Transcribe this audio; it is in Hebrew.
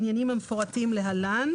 בעניינים המפורטים להלן: